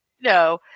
no